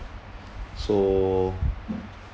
so